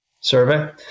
survey